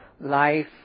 life